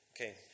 Okay